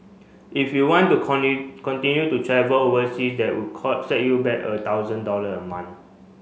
if you want to continue to travel overseas that would set you back a thousand dollar a month